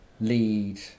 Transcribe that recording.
lead